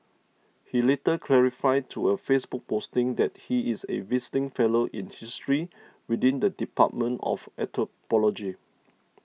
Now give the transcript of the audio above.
he later clarified to a Facebook posting that he is a visiting fellow in history within the dept of anthropology